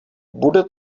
bude